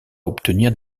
obtenir